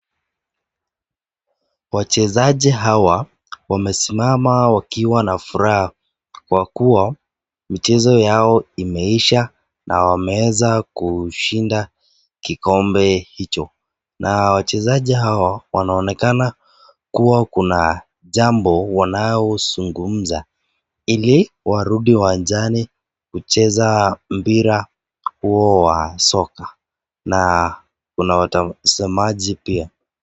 Wachezaji hawa wamesimama wakiwa na furaha kwa kuwa michezo yao imeisha na wameweza kushinda kikombe hicho, na wachezaji hao wanaonekana kuwa kuna jambo wanayozungumza ili warudi uwanjani kucheza mpira huo wa soka na kuna watazamaji pia.